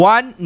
One